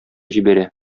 җибәрә